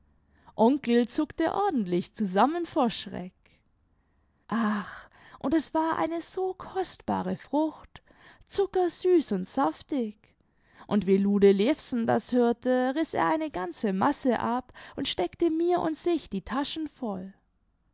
onkel zuckte ordentlich zusammen vor schreck ach und es war eine so kostbare frucht zuckersüß und saftig und wie lude levsen das hörte riß er eine ganze masse ab und steckte mir und sich die taschen voll